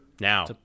Now